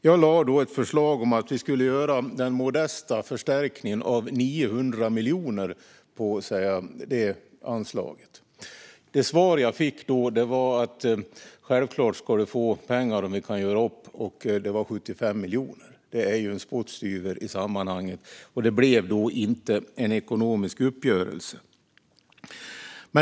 Jag lade då fram ett förslag om att vi skulle göra den modesta förstärkningen med 900 miljoner på det anslaget. Det svar jag fick var: Självklart ska du få pengar om vi kan göra upp. Det var 75 miljoner. Det är en spottstyver i sammanhanget. Det blev då inte en ekonomisk uppgörelse.